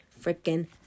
freaking